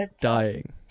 dying